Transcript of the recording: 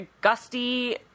Gusty